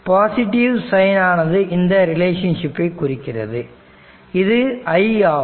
positive sign ஆனது இந்த ரிலேஷன்ஷிப்பை குறிக்கிறது இது i ஆகும்